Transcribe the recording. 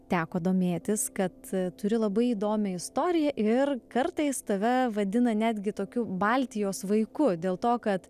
teko domėtis kad turi labai įdomią istoriją ir kartais tave vadina netgi tokiu baltijos vaiku dėl to kad